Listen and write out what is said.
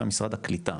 היה משרד הקליטה,